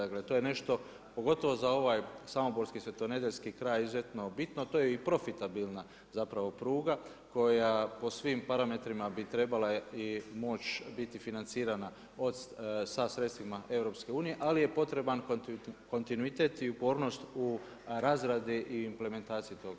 Dakle to je nešto pogotovo za ovaj samoborski i svetonedeljski kraj izuzetno bitno, to je i profitabilna zapravo pruga koja po svim parametrima bi trebala i moći biti financirana sa sredstvima EU ali je potreban kontinuitet i upornost u razradi i implementaciji tog projekta.